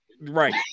right